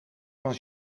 van